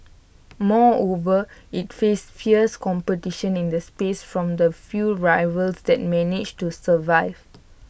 moreover IT faced fierce competition in the space from the few rivals that managed to survive